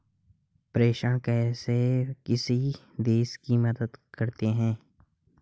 प्रेषण कैसे किसी देश की मदद करते हैं?